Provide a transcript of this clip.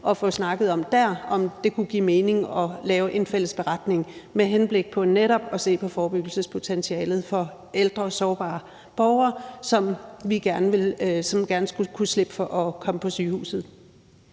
dér få snakket om, om det kunne give mening at lave en fælles beretning netop med henblik på at se på forebyggelsespotentialet for ældre og sårbare borgere, som gerne skulle kunne slippe for at komme på sygehuset.